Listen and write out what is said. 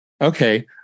Okay